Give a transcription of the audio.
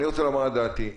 אני רוצה לומר את דעתי.